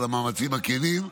על המאמצים הכנים.